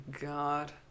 god